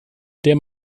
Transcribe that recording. der